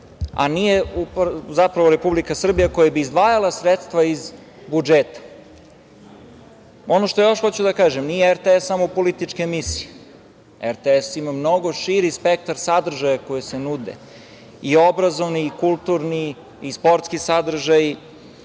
a nije zapravo Republika Srbija koja bi izdvajala sredstva iz budžeta. Ono što još hoću da kažem nije RTS samo politička emisija, RTS ima mnogo širi spektar sadržaja koji se nude i obrazovni i kulturni i sportski sadržaj,